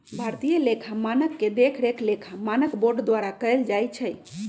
भारतीय लेखा मानक के देखरेख लेखा मानक बोर्ड द्वारा कएल जाइ छइ